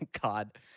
God